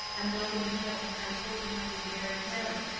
and loving him, i told him i would marry him.